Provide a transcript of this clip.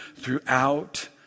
throughout